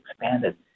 expanded